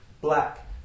Black